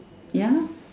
ya lor